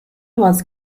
was